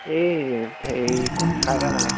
এই হেৰি কথা এটা মানে